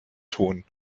tun